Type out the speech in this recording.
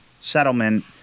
settlement